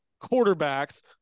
quarterbacks